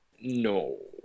No